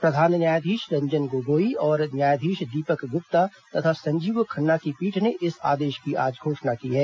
प्रधान न्यायाधीश रंजन गोगोई और न्यायाधीश दीपक गुप्ता तथा संजीव खन्ना की पीठ ने इस आदेश की आज घोषणा की है